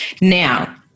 Now